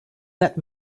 that